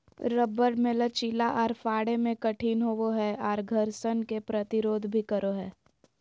rubber मे लचीला आर फाड़े मे कठिन होवो हय आर घर्षण के प्रतिरोध भी करो हय